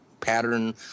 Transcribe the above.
pattern